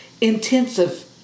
intensive